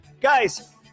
guys